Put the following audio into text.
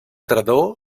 tardor